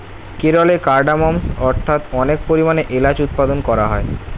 কেরলে কার্ডমমস্ অর্থাৎ অনেক পরিমাণে এলাচ উৎপাদন করা হয়